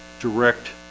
direct